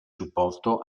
supporto